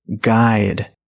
guide